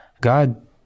God